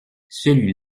celui